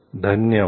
धन्यवाद